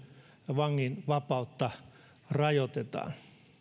vangin vapautta rajoitetaan